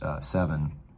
seven